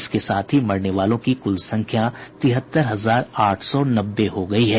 इसके साथ ही मरने वालों की कुल संख्या तिहत्तर हजार आठ सौ नब्बे हो गई है